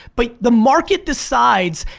but the market decides,